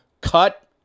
cut